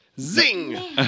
Zing